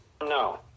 no